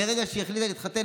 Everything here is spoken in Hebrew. מרגע שהיא החליטה להתחתן,